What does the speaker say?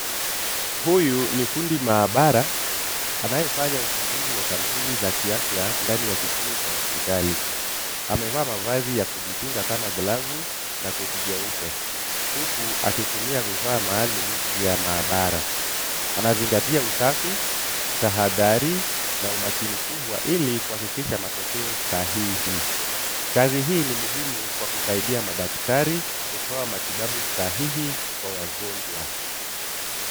Huyu ni fundi maabara, anayefanya uchunguzi wa sampuli za kiafya ndani ya kituo cha hospitali. Amevaa mavazi ya kujikinga kama glavu na koti jeupe, huku akitumia vifaa maalum vya maabara. Anazingatia usafi, tahadhari na umakini kubwa ili kuhakikisha matokeo sahihi. Kazi hii ni muhimu kwa kusaidia madaktari kutoa matibabu sahihi kwa wagonjwa.